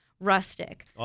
rustic